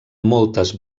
moltes